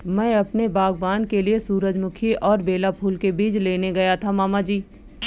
मैं अपने बागबान के लिए सूरजमुखी और बेला फूल के बीज लेने गया था मामा जी